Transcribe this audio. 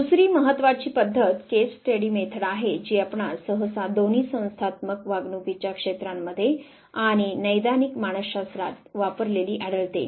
दुसरी महत्वाची पद्धत केस स्टडी मेथड आहे जी आपणास सहसा दोन्ही संस्थात्मक वागणुकीच्या क्षेत्रांमध्ये आणि नैदानिक मानस शास्त्रात वापरलेली आढळते